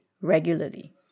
regularly